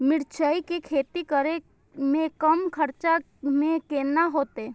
मिरचाय के खेती करे में कम खर्चा में केना होते?